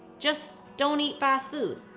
just don't eat fast food.